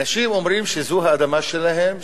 אנשים אומרים שזו האדמה שלהם,